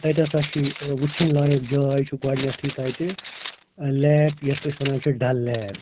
تَتہِ ہَسا چھُے وُچھِنۍ لایق جاے چھُ گۄڈنٮ۪تھٕے تَتہِ لیک یَتھ أسۍ وَنان چھِ ڈل لیک